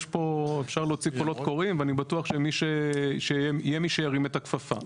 יש פה ואפשר להוציא קולות קוראים ואני בטוח שיש מי שירים את הכפפה.